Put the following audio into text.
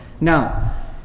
Now